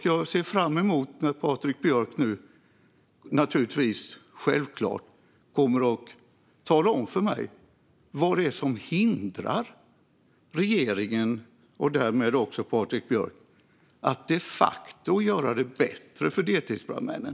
Jag ser fram emot att Patrik Björck nu självklart kommer att tala om för mig vad det är som hindrar regeringen och därmed också Patrik Björck från att de facto göra det bättre för deltidsbrandmännen.